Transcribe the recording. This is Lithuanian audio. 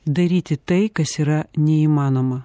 daryti tai kas yra neįmanoma